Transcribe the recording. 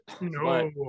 No